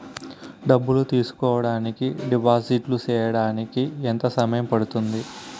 డబ్బులు తీసుకోడానికి డిపాజిట్లు సేయడానికి ఎంత సమయం పడ్తుంది